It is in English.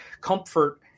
comfort